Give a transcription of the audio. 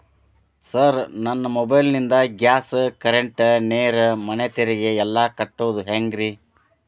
Sir ನನ್ನ mobile ನಿಂದ gas, current, ನೇರು, ಮನೆ ತೆರಿಗೆ ಎಲ್ಲಾ ಕಟ್ಟೋದು ಹೆಂಗ್ರಿ?